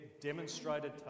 demonstrated